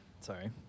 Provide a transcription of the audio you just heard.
Sorry